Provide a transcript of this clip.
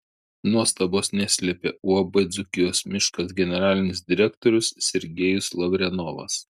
nuostabos neslėpė uab dzūkijos miškas generalinis direktorius sergejus lavrenovas